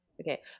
Okay